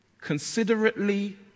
considerately